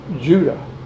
Judah